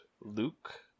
Luke